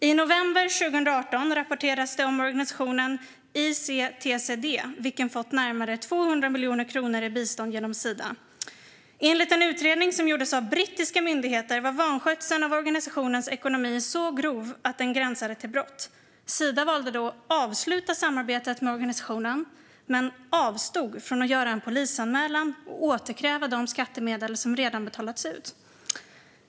I november 2018 rapporterades det om organisationen ICTSD, vilken fått närmare 200 miljoner kronor i bistånd genom Sida. Enligt en utredning som gjordes av brittiska myndigheter var vanskötseln av organisationens ekonomi så grov att den gränsade till brott. Sida valde då att avsluta samarbetet med organisationen men avstod från att göra en polisanmälan och återkräva de skattemedel som redan betalats ut.